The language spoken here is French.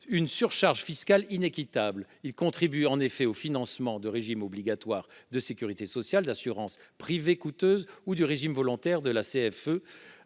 sociale, même minimale, ils contribuent en effet au financement de régimes obligatoires de sécurité sociale, d'assurances privées coûteuses ou du régime volontaire de la CFE